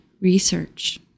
research